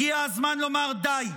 הגיע הזמן לומר די.